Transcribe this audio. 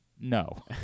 no